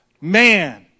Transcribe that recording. Man